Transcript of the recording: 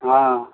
हँ